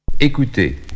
Écoutez